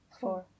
four